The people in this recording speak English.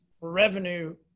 revenue